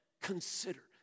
Consider